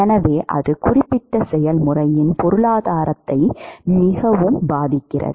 எனவே அது குறிப்பிட்ட செயல்முறையின் பொருளாதாரத்தை மிகவும் பாதிக்கிறது